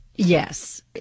Yes